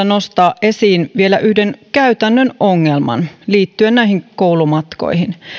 nostaa esiin vielä yhden käytännön ongelman liittyen näihin koulumatkoihin